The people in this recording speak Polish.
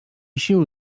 sił